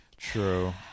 True